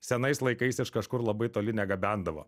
senais laikais iš kažkur labai toli negabendavo